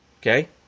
Okay